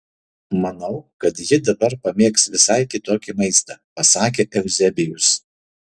manau kad ji dabar pamėgs visai kitokį maistą pasakė euzebijus